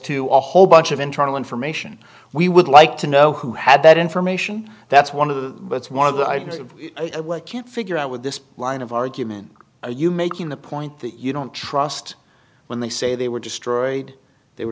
to all whole bunch of internal information we would like to know who had that information that's one of the it's one of the i can't figure out with this line of argument are you making the point that you don't trust when they say they were destroyed they were